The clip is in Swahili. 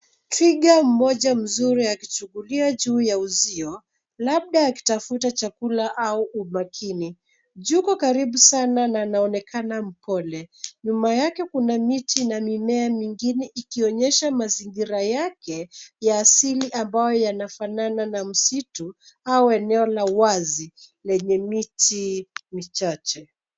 Twiga mmoja mzuri akichungulia juu ya uzio labda akitafuta chakula au umakini. Yuko karibu sana na anaonekana mpole. Nyuma yake kuna miti na mimea mingine ikionyesha mazingira yake ya asili ambayo yanafanana na msitu au eneo la wazi lenye miti michache.